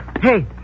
Hey